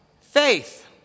faith